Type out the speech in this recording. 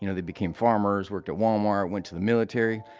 you know they became farmers, worked at walmart, went to the military.